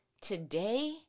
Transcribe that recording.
today